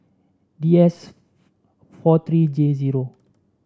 D S four three J zero